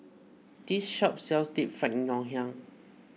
this shop sells Deep Fried Ngoh Hiang